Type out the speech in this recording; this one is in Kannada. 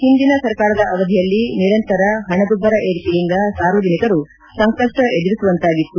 ಹಿಂದಿನ ಸರ್ಕಾರದ ಅವಧಿಯಲ್ಲಿ ನಿರಂತರ ಹಣದುಬ್ಲರ ಏರಿಕೆಯಿಂದ ಸಾರ್ವಜನಿಕರು ಸಂಕಷ್ಷ ಎದುರಿಸುವಂತಾಗಿತ್ತು